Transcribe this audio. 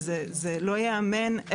זה לא ייאמן.